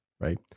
right